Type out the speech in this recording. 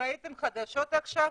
ראיתם חדשות עכשיו?